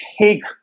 take